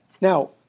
Now